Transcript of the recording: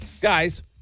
Guys